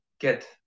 get